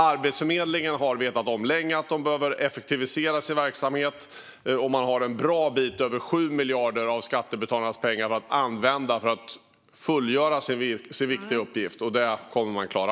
Arbetsförmedlingen har länge vetat om att man behöver effektivisera sin verksamhet. Man har en bra bit över 7 miljarder av skattebetalarnas pengar att använda för att fullgöra sin viktiga uppgift. Och det kommer man att klara.